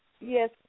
Yes